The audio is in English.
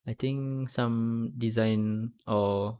I think some design or